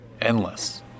endless